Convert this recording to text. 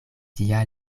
tia